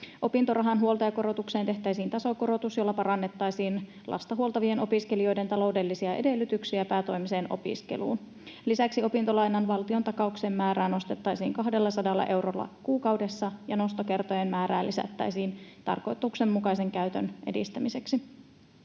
Opintorahan huoltajakorotukseen tehtäisiin tasokorotus, jolla parannettaisiin lasta huoltavien opiskelijoiden taloudellisia edellytyksiä päätoimiseen opiskeluun. Lisäksi opintolainan valtiontakauksen määrää nostettaisiin 200 eurolla kuukaudessa ja nostokertojen määrää lisättäisiin tarkoituksenmukaisen käytön edistämiseksi.